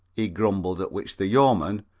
he grumbled, at which the yeoman,